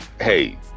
hey